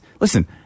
listen